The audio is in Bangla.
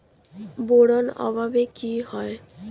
বোরন অভাবে কি হয়?